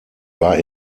war